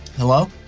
hello?